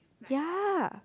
ya